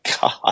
God